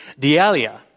dialia